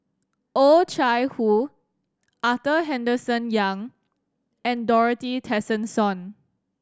Oh Chai Hoo Arthur Henderson Young and Dorothy Tessensohn